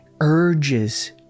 urges